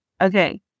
Okay